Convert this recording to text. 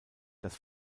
das